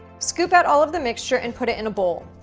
scoop out all of the mixture and put it in a bowl,